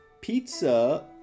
Pizza